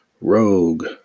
Rogue